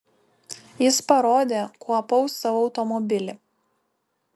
jis parodė kuo apaus savo automobilį